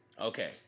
Okay